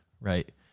right